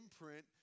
imprint